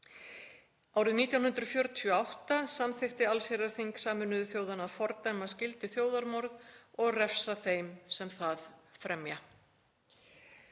Árið 1948 samþykkti allsherjarþing Sameinuðu þjóðanna að fordæma skyldi þjóðarmorð og refsa þeim sem það fremja.